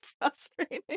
frustrating